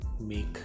make